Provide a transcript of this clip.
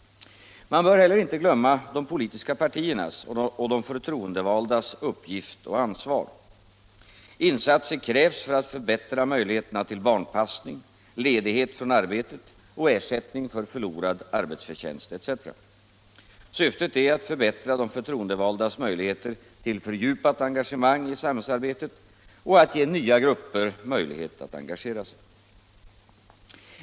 Man bör heller inte glömma de politiska partiernas och de förtroendevaldas uppgift och ansvar. Insatser krävs för att förbättra möjligheterna till barnpassning, ledighet från arbetet och ersättning för förlorad arbetsförtjänst etc. Syftet är att förbättra de förtroendevaldas möjligheter till fördjupat engagemang i samhällsarbetet och att ge nya grupper möjlighet att engagera sig.